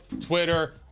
Twitter